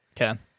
Okay